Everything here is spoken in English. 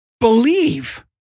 Believe